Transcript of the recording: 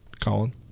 Colin